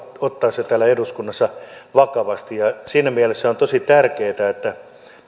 se täällä eduskunnassa vakavasti siinä mielessä on tosi tärkeätä että